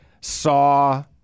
saw